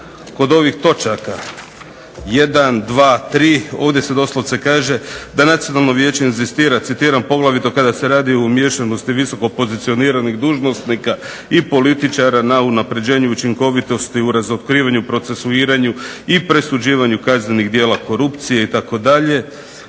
kod ovih točaka 1., 2., 3. ovdje se doslovce kaže da Nacionalno vijeće inzistira, citiram, poglavito kada se radi o umiješanosti visoko pozicioniranih dužnosnika i političara na unapređenju učinkovitosti u razotkrivanju, procesuiranju i presuđivanju kaznenih djela korupcije itd.